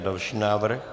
Další návrh.